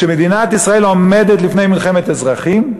שמדינת ישראל עומדת לפני מלחמת אזרחים,